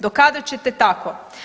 Do kada ćete tako?